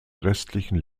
restlichen